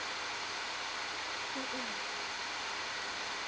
mmhmm